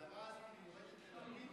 זה מיועד בשביל לפיד,